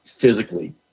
physically